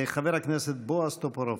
חבר הכנסת בועז טופורובסקי.